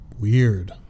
Weird